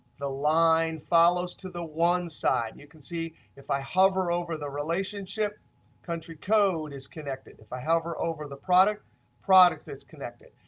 the line follows to the one side. and you can see if i hover over the relationship country code is connected. if i hover over the product product is connected.